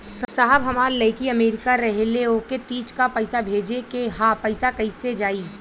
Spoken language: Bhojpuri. साहब हमार लईकी अमेरिका रहेले ओके तीज क पैसा भेजे के ह पैसा कईसे जाई?